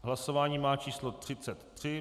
Hlasování má číslo 33.